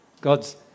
God's